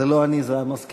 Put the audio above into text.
זה לא אני, זאת המזכירות.